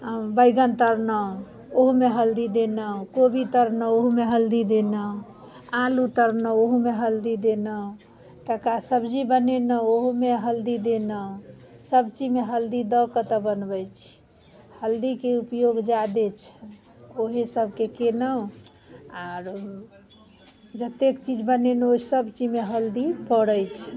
बैगन तरलहुँ ओहूमे हल्दी देलहुँ कोबी तरलहुँ ओहूमे हल्दी देलहुँ आलू तरलहुँ ओहूमे हल्दी देलहुँ तकर बाद सब्जी बनेलहुँ ओहूमे हल्दी देलहुँ सभ चीजमे हल्दी दऽ कऽ तऽ बनबैत छी हल्दीके उपयोग ज्यादे छै ओही सभके केलहुँ आर जतेक चीज बनेलहुँ ओहि सभ चीजमे हल्दी पड़ैत छै